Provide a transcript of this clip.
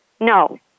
No